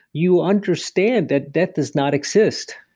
you understand that death does not exist.